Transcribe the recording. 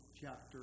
chapter